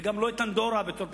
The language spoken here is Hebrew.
וגם לא את אנדורה בתור פתרון.